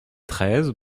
treize